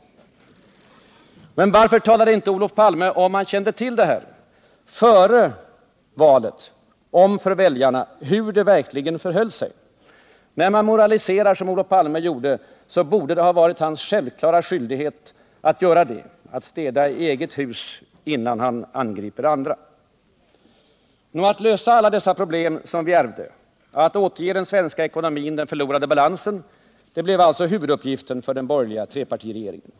Om nu Olof Palme kände till detta, varför talade han då inte före valet om för väljarna hur det verkligen förhöll sig. När man, som Olof Palme gjorde, moraliserar om vallöften och annat sådant, borde det också vara en självklarhet att städa i eget hus innan man angriper andra. Att lösa de problem som vi ärvde och att återge den svenska ekonomin dess förlorade balans blev alltså huvuduppgiften för den borgerliga trepartiregeringen.